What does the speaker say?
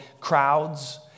crowds